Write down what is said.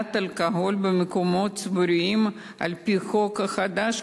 להשמדת אלכוהול במקומות ציבוריים על-פי החוק החדש,